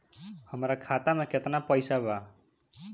हमरा खाता में केतना पइसा बा?